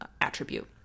attribute